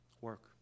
work